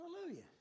Hallelujah